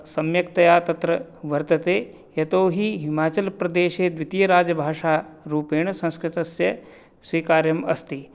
सम्यक्तया तत्र वर्तते यतोहि हिमाचलप्रदेशे द्वितीयराजभाषारूपेण संस्कृतस्य स्वीकार्यम् अस्ति